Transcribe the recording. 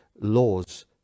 laws